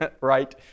right